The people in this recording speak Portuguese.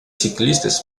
ciclistas